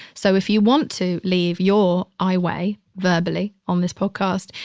so if you want to leave your i weigh verbally on this podcast,